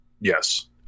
yes